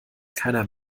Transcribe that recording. keiner